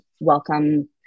welcome